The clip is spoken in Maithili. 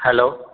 हैलो